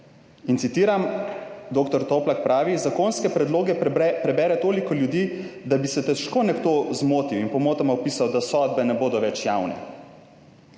In citiram, dr. Toplak pravi, "Zakonske predloge prebere toliko ljudi, da bi se težko nekdo zmotil in pomotoma opisal, da sodbe ne bodo več javne.